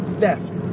theft